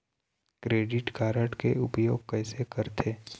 Credit card के उपयोग कैसे करथे?